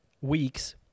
weeks